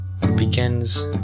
begins